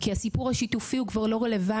כי הסיפור השיתופי הוא כבר לא רלוונטי.